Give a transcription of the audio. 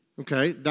Okay